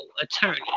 attorney